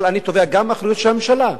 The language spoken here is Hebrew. אבל תובע גם אחריות של הממשלה.